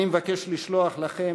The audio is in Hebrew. אני מבקש לשלוח לכם,